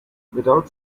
without